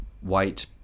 white